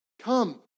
Come